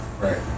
right